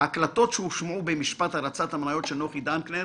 ההקלטות שהושמעו במשפט הרצת המניות של נוחי דנקנר